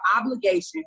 obligation